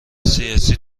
سیاسی